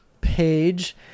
page